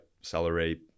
salary